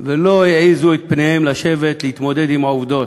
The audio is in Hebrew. ולא העזו את פניהם לשבת להתמודד עם העובדות,